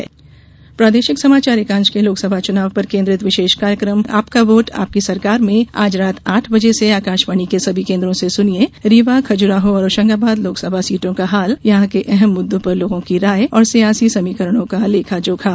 विशेष कार्यक्रम प्रादेशिक समाचार एकांश के लोकसभा चुनाव पर केन्द्रित विशेष कार्यक्रम आपका वोट आपकी सरकार में आज रात आठ बजे से आकाशवाणी के सभी केन्द्रों से सुनिए रीवा खजुराहो और होशंगाबाद लोकसभा सीटों का हाल यहां के अहम मुद्दों पर लोगों की राय और सियासी समीकरणों का लेखा जोखा